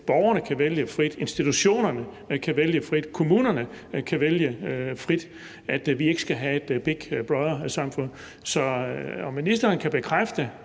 borgerne kan vælge frit, at institutionerne kan vælge frit, og at kommunerne kan vælge frit, og at vi ikke skal have et Big Brother-samfund. Så det er egentlig, om ministeren kan bekræfte,